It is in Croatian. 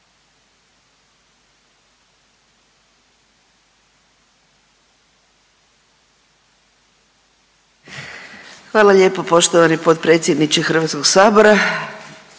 Hvala lijepo poštovani potpredsjedniče Hrvatskog sabora.